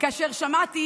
כאשר שמעתי